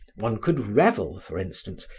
one could revel, for instance,